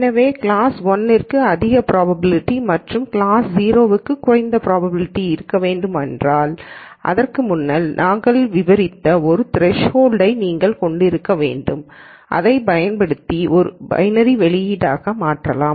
எனவே கிளாஸ் 1 க்கு அதிக ப்ராபபிலிட்டி மற்றும் கிளாஸ் 0 குறைந்த ப்ராபபிலிட்டி இருக்க வேண்டுமென்றால் அதற்கு முன்னர் நாங்கள் விவரித்த ஒரு த்ரெஸ்கொல்ட் நீங்கள் கொண்டிருக்க வேண்டும் இதைப் பயன்படுத்தி பைனரி வெளியீட்டாக மாற்றலாம்